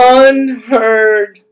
unheard